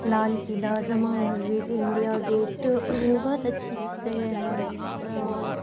لال Qila Jama Masjid India Gate بہت اچھی اچھی جگہ ہیں